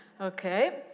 Okay